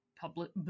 public